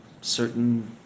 certain